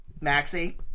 Maxie